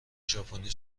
ژاپنی